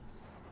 mm